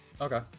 Okay